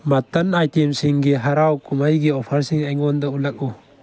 ꯃꯇꯟ ꯑꯥꯏꯇꯦꯝꯁꯤꯡꯒꯤ ꯍꯔꯥꯎ ꯀꯨꯝꯍꯩꯒꯤ ꯑꯣꯐꯔꯁꯤꯡ ꯑꯩꯉꯣꯟꯗ ꯎꯠꯂꯛꯎ